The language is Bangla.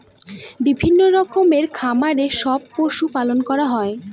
বিভিন্ন রকমের খামারে সব পশু পালন করা হয়